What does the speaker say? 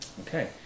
okay